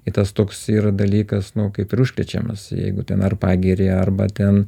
į tas toks yra dalykas nu kaip ir užkrečiamas jeigu ten ar pagiri arba ten